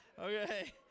Okay